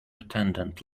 attendant